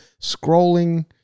scrolling